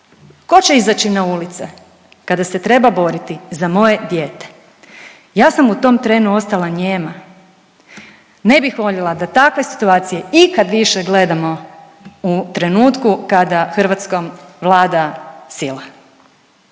ko će izaći na ulice kada se treba boriti za moje dijete“. Ja sam u tom trenu ostala nijema, ne bih voljela da takve situacije ikad više gledamo u trenutku kada Hrvatskom vlada sila,